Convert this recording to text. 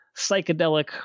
psychedelic